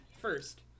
first